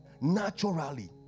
Naturally